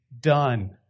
done